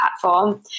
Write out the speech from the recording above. platform